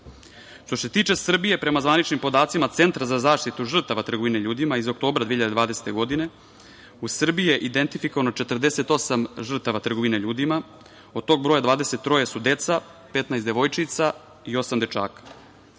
se tiče Srbije, prema zvaničnim podacima Centra za zaštitu žrtava trgovine ljudima iz oktobra 2020. godine, u Srbiji je identifikovano 48 žrtava trgovine ljudima. Od tog broja 23 su deca, 15 devojčica i osam